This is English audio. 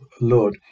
Lord